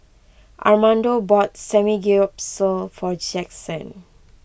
Armando bought Samgeyopsal for Jaxson